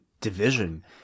division